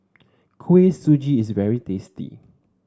Kuih Suji is very tasty